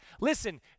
Listen